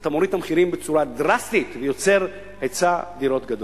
אתה מוריד את המחירים בצורה דרסטית ויוצר היצע דירות גדול.